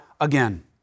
again